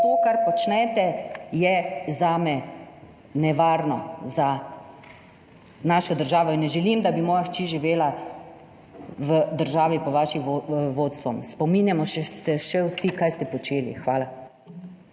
to, kar počnete je zame nevarno za našo državo. Ne želim, da bi moja hči živela v državi pod vašim vodstvom. Spominjamo se še vsi, kaj ste počeli. Hvala.